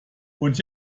und